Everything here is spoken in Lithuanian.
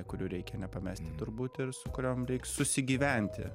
kurių reikia nepamesti turbūt ir su kuriom reik susigyventi